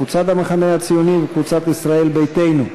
קבוצת המחנה הציוני וקבוצת ישראל ביתנו,